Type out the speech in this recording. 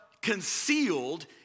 concealed